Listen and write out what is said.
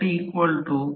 9 तर 20 kilowatt ampere